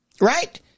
Right